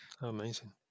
Amazing